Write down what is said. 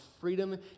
freedom